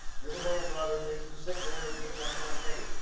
you're the man, brother. thanks for sitting there and getting us on tape.